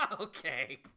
Okay